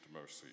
mercy